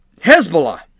Hezbollah